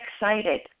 excited